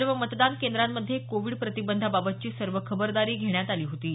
सर्व मतदान केद्रांमधे कोविड प्रतिबंधाबाबतची सर्व खबरदारी घेण्यात आली होती